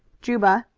juba,